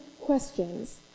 questions